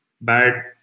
bad